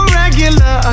regular